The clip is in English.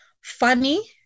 Funny